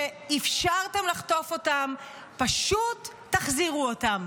שאפשרתם לחטוף אותם, פשוט תחזירו אותם.